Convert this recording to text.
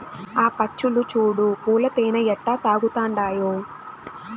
ఆ పచ్చులు చూడు పూల తేనె ఎట్టా తాగతండాయో